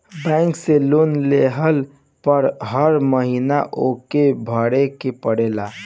bank से loan लेहला पअ हर महिना ओके भरे के पड़ेला